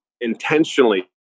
intentionally